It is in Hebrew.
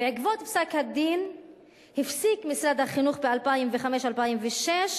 בעקבות פסק-הדין הפסיק משרד החינוך ב-2006-2005